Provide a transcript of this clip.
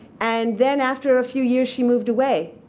and then after a few years, she moved away.